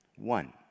one